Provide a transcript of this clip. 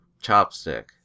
chopstick